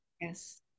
Yes